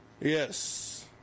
Yes